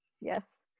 Yes